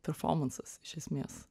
performansas iš esmės